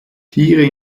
tiere